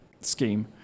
scheme